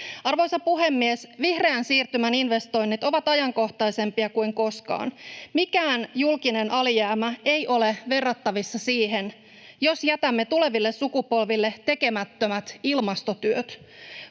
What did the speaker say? Arvoisa puhemies! Vihreän siirtymän investoinnit ovat ajankohtaisempia kuin koskaan. Mikään julkinen alijäämä ei ole verrattavissa siihen, jos jätämme tuleville sukupolville tekemättömät ilmastotyöt.